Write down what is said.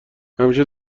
همیشه